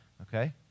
Okay